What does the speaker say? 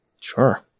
Sure